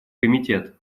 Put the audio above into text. комитет